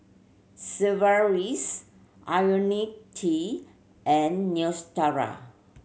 Sigvaris Ionil T and Neostrata